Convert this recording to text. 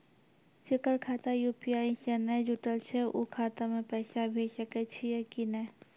जेकर खाता यु.पी.आई से नैय जुटल छै उ खाता मे पैसा भेज सकै छियै कि नै?